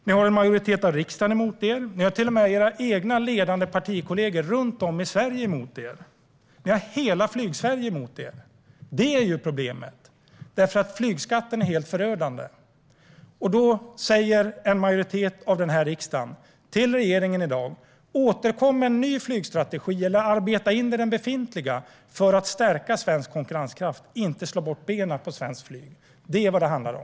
Ni har en majoritet av riksdagen emot er. Ni har till och med era ledande partikollegor runt om i Sverige emot er. Ni har hela Flygsverige emot er. Det är problemet. Flygskatten är helt förödande. En majoritet av riksdagen säger till regeringen i dag: Återkom med en ny flygstrategi, eller arbeta in den i den befintliga, för att stärka svensk konkurrenskraft! Slå inte undan benen för svenskt flyg! Det är vad det handlar om.